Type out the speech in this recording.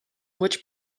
which